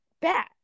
bad